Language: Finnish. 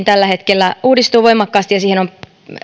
tällä hetkellä uudistuu voimakkaasti ja siihen on